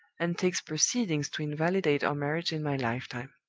and takes proceedings to invalidate our marriage in my lifetime.